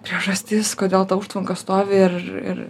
priežastis kodėl ta užtvanka stovi ir ir